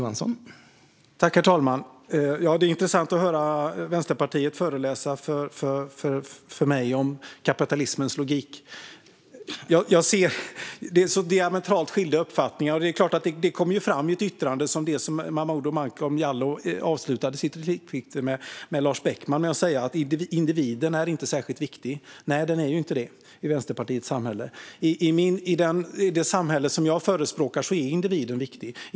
Herr talman! Det är intressant att höra Vänsterpartiet föreläsa för mig om kapitalismens logik. Vi har diametralt skilda uppfattningar, vilket kommer fram i ett yttrande som det som Momodou Malcolm Jallow avslutade sitt replikskifte med Lars Beckman med. Han sa att individen inte är särskilt viktig. Nej, den är ju inte det i Vänsterpartiets samhälle. I det samhälle som jag förespråkar är individen viktig.